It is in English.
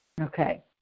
okay